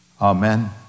Amen